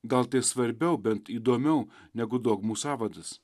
gal tai svarbiau bent įdomiau negu dogmų sąvadas